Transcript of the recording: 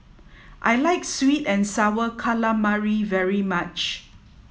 I like Sweet and Sour Calamari very much